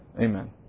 Amen